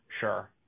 Sure